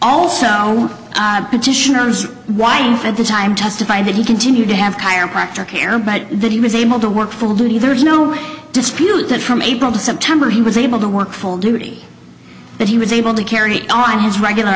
also petitioner's wife at the time testified that he continued to have chiropractor care but that he was able to work full duty there is no dispute that from april to september he was able to work full duty but he was able to carry on his regular